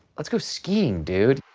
let's go skiing dude.